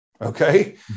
Okay